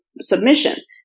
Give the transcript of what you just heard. submissions